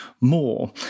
more